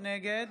נגד